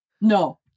no